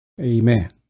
Amen